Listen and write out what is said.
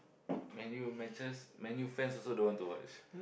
Man-U matches Man-U fans also don't want to watch